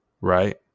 right